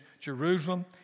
Jerusalem